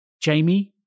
Jamie